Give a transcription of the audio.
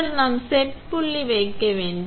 பின்னர் நாம் ஒரு செட் புள்ளி வைக்க வேண்டும்